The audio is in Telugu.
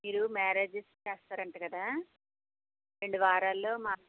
మీరు మ్యారేజిస్ చేస్తారు అంట కదా రెండు వారాల్లో మా